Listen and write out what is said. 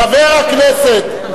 חבר הכנסת פיניאן,